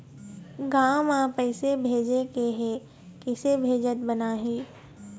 गांव म पैसे भेजेके हे, किसे भेजत बनाहि?